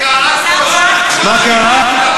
מה קרה?